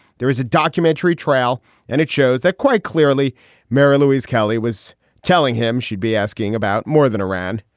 there is a documentary trail and it shows that quite clearly mary louise kelly was telling him she'd be asking about more than iran,